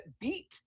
beat